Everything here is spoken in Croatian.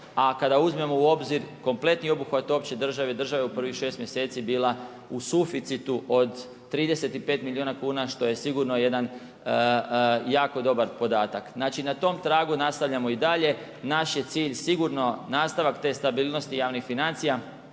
A kada uzmemo u obzir kompletni obuhvat opće države i države u prvih 6 mjeseci je bila u suficitu od 35 milijuna kuna što je sigurno jedan jako dobar podatak. Znači na tom tragu nastavljamo i dalje. Naš je cilj sigurno nastavak te stabilnost i javnih financija,